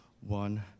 one